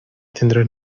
tendrá